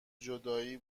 جدایی